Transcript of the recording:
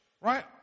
right